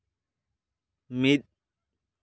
ᱢᱤᱫ